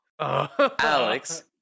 Alex